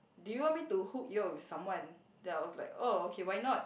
do you want me to hook you up with someone then I was like orh okay why not